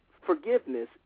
forgiveness